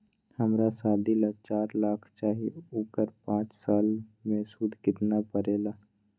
हमरा शादी ला चार लाख चाहि उकर पाँच साल मे सूद कितना परेला?